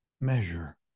measure